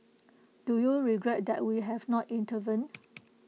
do you regret that we have not intervened